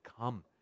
come